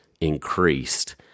increased